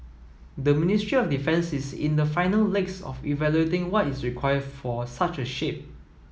the Ministry of Defence is in the final legs of evaluating what is required for such a ship